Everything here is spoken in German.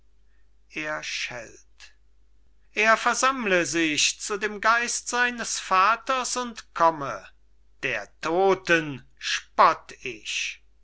er versammle sich zu dem geist seines vaters und komme der todten spott ich